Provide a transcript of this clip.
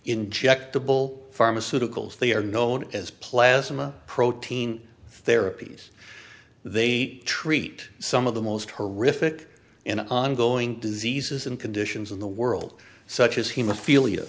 injectable pharmaceuticals they are known as plasma protein therapies they treat some of the most horrific and ongoing diseases and conditions in the world such as he